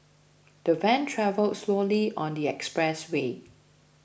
the van travelled slowly on the expressway